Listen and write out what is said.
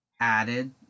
added